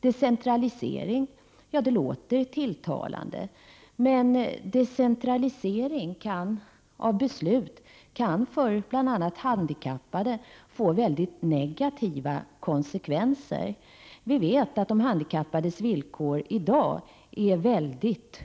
Decentralisering låter tilltalande, men decentralisering av beslut kan för bl.a. handikappade få mycket negativa konsekvenser. Vi vet att de handikappades villkor i dag är mycket